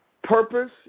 Purpose